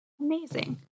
Amazing